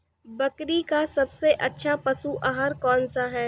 बकरी का सबसे अच्छा पशु आहार कौन सा है?